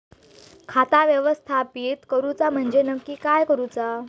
खाता व्यवस्थापित करूचा म्हणजे नक्की काय करूचा?